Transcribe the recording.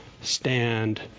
stand